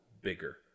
bigger